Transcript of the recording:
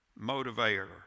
motivator